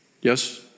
yes